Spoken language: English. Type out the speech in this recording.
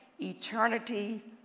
eternity